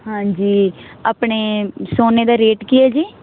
ਹਾਂਜੀ ਆਪਣੇ ਸੋਨੇ ਦਾ ਰੇਟ ਕੀ ਐ ਜੀ